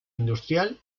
industrial